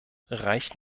reicht